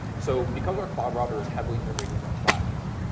so because our cloud router is heavily integrated with our platform,